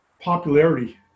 popularity